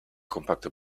kompakte